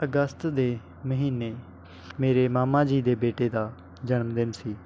ਅਗਸਤ ਦੇ ਮਹੀਨੇ ਮੇਰੇ ਮਾਮਾ ਜੀ ਦੇ ਬੇਟੇ ਦਾ ਜਨਮ ਦਿਨ ਸੀ